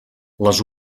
les